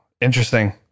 interesting